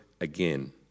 again